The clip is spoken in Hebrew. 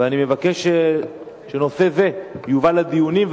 ואני מבקש שנושא זה יובא לדיונים,